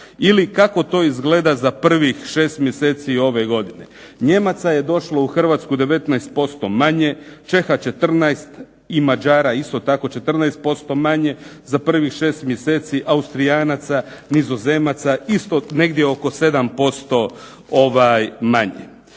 Ili kako to izgleda za prvih 6 mjeseci ove godine? Nijemaca je došlo u Hrvatsku 19% manje, Čeha 14 i Mađara isto tako 14% manje za prvih šest mjeseci, Austrijanaca, Nizozemaca isto negdje oko 7% manje.